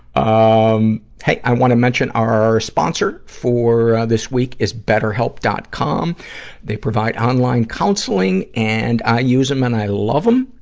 um hey! i wanna mention our sponsor for this week is betterhelp. com. they provide online counseling, and i use them and i love them.